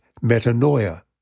metanoia